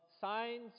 signs